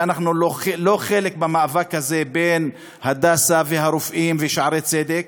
אנחנו לא חלק במאבק הזה בין הדסה והרופאים ושערי צדק,